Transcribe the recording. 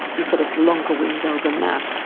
you've got a longer window than that,